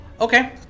Okay